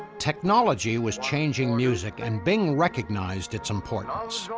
technology was changing music and bing recognized its importance. ah so